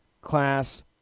class